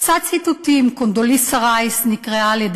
קצת ציטוטים: קונדוליסה רייס נקראה על-ידי